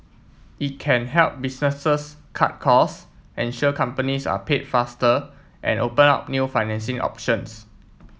it can help businesses cut cost ensure companies are paid faster and open up new financing options